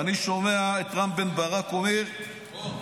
ואני שומע את רם בן ברק אומר, אוה,